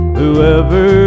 whoever